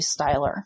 Styler